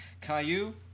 Caillou